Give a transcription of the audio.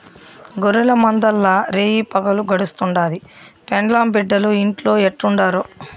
గొర్రెల మందల్ల రేయిపగులు గడుస్తుండాది, పెండ్లాం బిడ్డలు ఇంట్లో ఎట్టుండారో